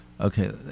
Okay